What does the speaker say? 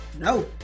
No